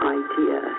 idea